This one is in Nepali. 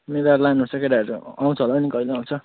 मिलाएर लानुपर्छ केटाहरू आउँछ होला नि कहिले आउँछ